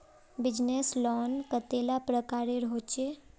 Business loan कतेला प्रकारेर होचे?